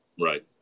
Right